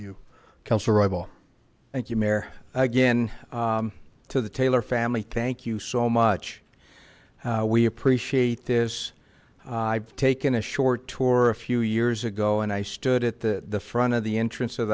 mayor again to the taylor family thank you so much we appreciate this i've taken a short tour a few years ago and i stood at the the front of the entrance of